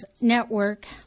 network